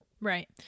Right